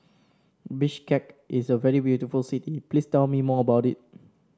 Bishkek is a very beautiful city please tell me more about it